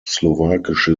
slowakische